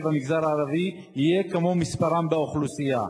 המגזר הערבי יהיו כמו מספרם באוכלוסייה.